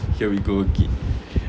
here we go again